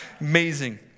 Amazing